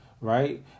right